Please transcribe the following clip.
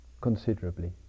considerably